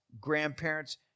grandparents